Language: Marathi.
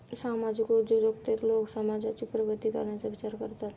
सामाजिक उद्योजकतेत लोक समाजाची प्रगती करण्याचा विचार करतात